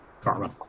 Karma